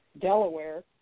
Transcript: Delaware